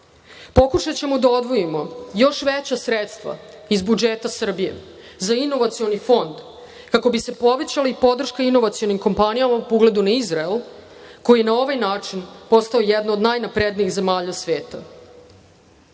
Pokušaćemo da odvojimo još veća sredstva iz budžeta Srbije za inovacioni fond kako bi se povećala podrška inovacionim kompanijama, po ugledu na Izrael koji je na ovaj način postao jedna od najnaprednijih zemalja